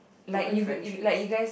broken friendships